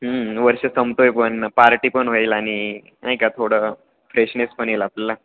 वर्ष संपतो आहे पण पार्टी पण होईल आणि नाही का थोडं फ्रेशनेस पण येईल आपल्याला